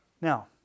Now